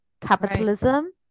capitalism